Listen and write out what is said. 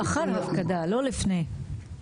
לאחר הפקדה, לא לפני.